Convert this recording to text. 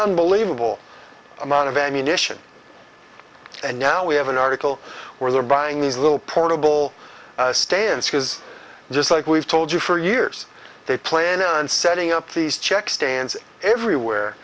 unbelievable amount of ammunition and now we have an article where they're buying these little portable stands because just like we've told you for years they plan on setting up these check stands everywhere